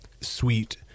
sweet